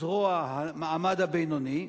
זרוע המעמד הבינוני,